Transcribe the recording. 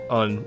on